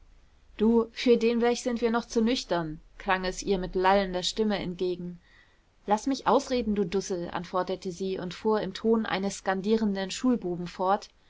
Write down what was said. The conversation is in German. du für den blech sind wir noch zu nüchtern klang es ihr mit lallender stimme entgegen laß mich ausreden du dussel antwortete sie und fuhr im ton eines skandierenden schulbuben fort